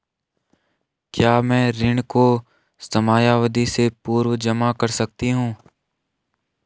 क्या मैं ऋण को समयावधि से पूर्व जमा कर सकती हूँ?